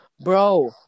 Bro